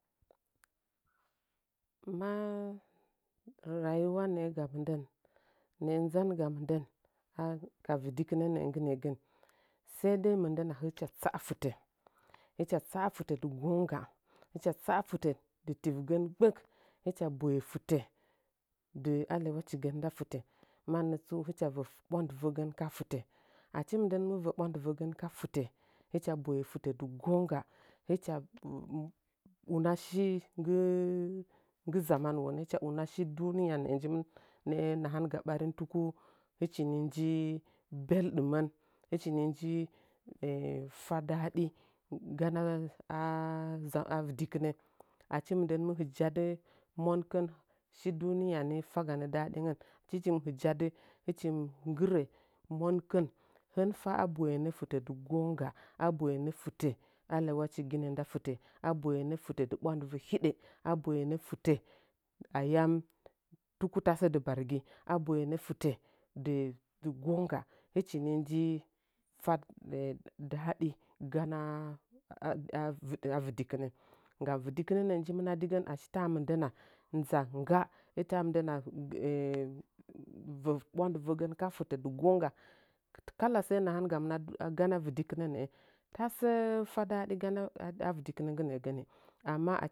Maa rayuwa nə’ə gamɨn nə’ə nzanga mɨndən “ha- ka vidikənə nə’ə nggi nə’əgən səi dei mɨndənnə tsa’a fɨtə dɨ gongga tsa’a fɨtə dɨ tivigən gbək hɨcha ɓoye fɨtə “dɨ-alyaula chigə nda fɨtə” mannətsu hɨchha və ɓwandɨvəgən ka fɨtə achi mɨndən mɨ və ɓwandɨvəgən ka fɨtə, hɨcha boye fɨtə nɨ gongga hɨcha una shiye nggɨ zam anuwə nə hɨcha una shi nggi duniya nə’ə nji – nə’ə nahanga ɓarin, tuku hɨchi ni nji beddumən hɨchini nji za fa daɗi gana a vɨdikɨnə achi mɨndən mɨ hɨjaddɨ monkɨn shi duniya ni faganə dade ngən hɨchin hɨjaddɨ hɨchiin nggɨrə mankin, hɨn fa a boyenə fitə di gongga aboyenə fɨtə elyaula chiginə nda fɨtə aboyenə fɨtə ola ɓwandivə hiɗə aboyenə fɨtə ayan tuku tasə dɨ bargi aboyenə fitə “di-di gongga” hɨchini nji” fad fa daɗi gana avɨd n avɨdikinə nggam vɨdikɨnə nə’ə njimɨn adigən achi ta mɨndənə na nza ngga ta mɨndənna və ɓwandɨvəgən ka hɨə dɨ gongga kala səə nchanganitu aganə a vɨdikinə nə’ə tabə fa daɗi nggi vidikinə nggi nə amma